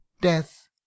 Death